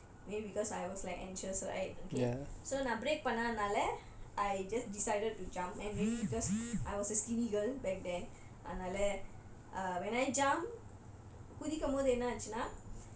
uh couldn't break on time maybe because I was like anxious right okay so நான்:naan brake பண்ணதுனால:pannathu naala I just decided to jump and maybe because I was a skinny girl back then அதுனால:athunala when I jump